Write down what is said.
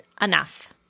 enough